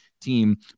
team